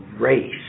Race